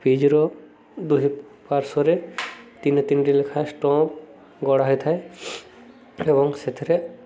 ବିଚ୍ର ଦୁହିଁ ପାର୍ଶ୍ୱରେ ତିନି ତିନିଟି ଲେଖା ଷ୍ଟମ୍ପ୍ ଗଡ଼ା ହେଇଥାଏ ଏବଂ ସେଥିରେ